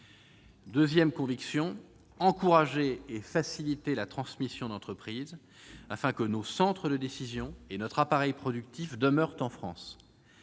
Deuxième principe : encourager et faciliter la transmission d'entreprise afin que nos centres de décisions et notre appareil productif demeurent en France.